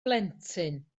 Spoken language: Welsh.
blentyn